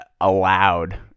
allowed